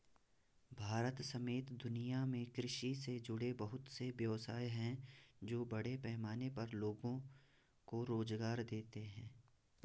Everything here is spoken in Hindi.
भारत समेत दुनिया में कृषि से जुड़े बहुत से व्यवसाय हैं जो बड़े पैमाने पर लोगो को रोज़गार देते हैं